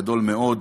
גדול מאוד.